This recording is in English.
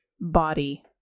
body